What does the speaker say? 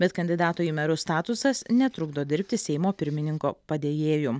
bet kandidato į merus statusas netrukdo dirbti seimo pirmininko padėjėju